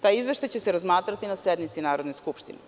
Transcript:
Taj izveštaj će se razmatrati na sednici Narodne skupštine.